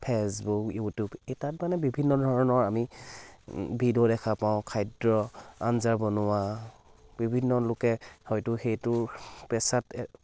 Facebook YouTube এই তাত মানে বিভিন্ন ধৰণৰ আমি ভিডিঅ' দেখা পাওঁ খাদ্য আঞ্জা বনোৱা বিভিন্ন লোকে হয়তো সেইটো পেছাতে